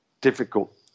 difficult